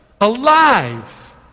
alive